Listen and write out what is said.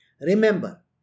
Remember